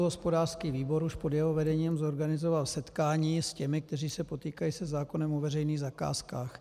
Hospodářský výbor už pod jeho vedením zorganizoval setkání s těmi, kteří se potýkají se zákonem o veřejných zakázkách.